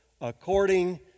according